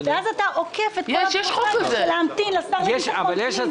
אז אתה עוקף את כל הצורך להמתין לשר לביטחון פנים.